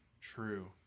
true